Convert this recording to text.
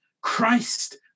Christ